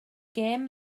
gêm